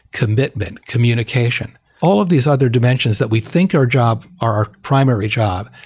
commitment, communication. all of these other dimensions that we think our job, our primary job,